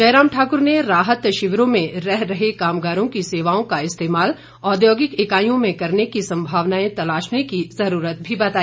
जयराम ठाकुर ने राहत शिविरों में रह रहे कामगारों की सेवाओं का इस्तेमाल औद्योगिक इकाइयों में करने की संभावनाएं तलाशने की जरूरत भी बताई